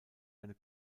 eine